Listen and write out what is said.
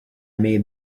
made